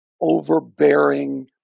overbearing